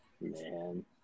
Man